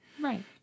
Right